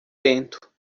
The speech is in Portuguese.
lento